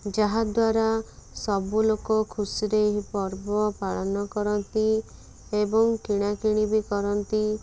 ଯାହାଦ୍ୱାରା ସବୁଲୋକ ଖୁସିରେ ପର୍ବ ପାଳନ କରନ୍ତି ଏବଂ କିଣାକିଣି ବି କରନ୍ତି